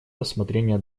рассмотрения